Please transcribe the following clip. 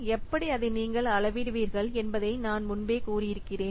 எப்படி அதை நீங்கள் அளவிடுவீர்கள் என்பதை நான் முன்பே கூறியிருக்கிறேன்